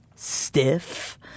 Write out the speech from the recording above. Stiff